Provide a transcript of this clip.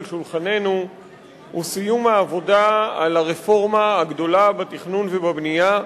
שולחננו הוא סיום העבודה על הרפורמה הגדולה בתכנון ובבנייה,